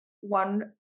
one